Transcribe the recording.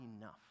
enough